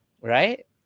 Right